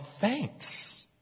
thanks